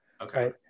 Okay